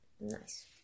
Nice